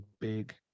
big